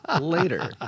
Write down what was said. later